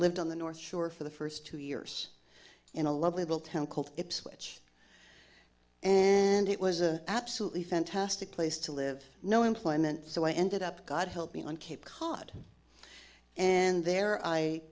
lived on the north shore for the first two years in a lovely will tell called ipswich and it was an absolutely fantastic place to live no employment so i ended up god help me on cape cod and there i